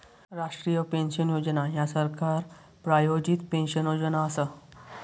राष्ट्रीय पेन्शन योजना ह्या सरकार प्रायोजित पेन्शन योजना असा